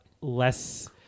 less